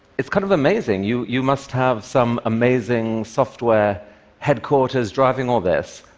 it's kind of amazing. you you must have some amazing software headquarters driving all this.